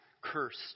cursed